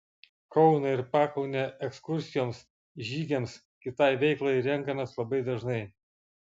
kauną ir pakaunę ekskursijoms žygiams kitai veiklai renkamės labai dažnai